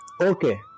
Okay